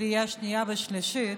לקריאה שנייה ושלישית,